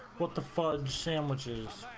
but the funds sandwiches,